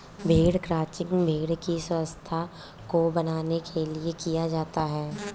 भेड़ क्रंचिंग भेड़ की स्वच्छता को बनाने के लिए किया जाता है